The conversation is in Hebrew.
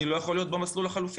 אני לא יכול להיות במסלול החלופי.